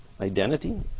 Identity